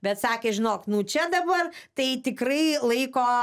bet sakė žinok nu čia dabar tai tikrai laiko